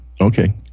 Okay